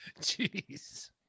jeez